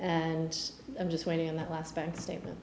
and i'm just waiting on the last bank statement